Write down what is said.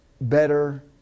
better